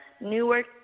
Newark